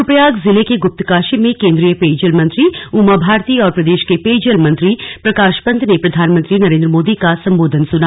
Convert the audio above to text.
रुद्रप्रयाग जिले के गुप्तकाशी में केंद्रीय पेयजल मंत्री उमा भारती और प्रदेश के पेयजल मंत्री प्रकाश पंत ने प्रधानमंत्री नरेंद्र मोदी का सम्बोधन सुना